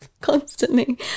constantly